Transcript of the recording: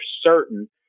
certain